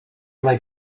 like